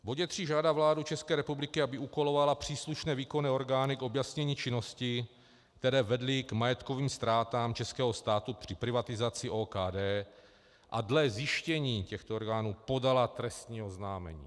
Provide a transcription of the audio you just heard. V bodě 3 žádáme vládu České republiky, aby úkolovala příslušné výkonné orgány k objasnění činností, které vedly k majetkovým ztrátám českého státu při privatizaci OKD, a dle zjištění těchto orgánů podala trestní oznámení.